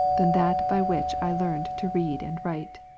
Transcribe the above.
than that by which i learned to read and write.